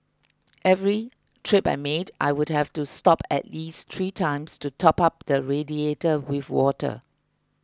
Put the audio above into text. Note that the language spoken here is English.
every trip I made I would have to stop at least three times to top up the radiator with water